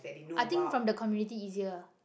I think from the community easier